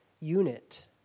unit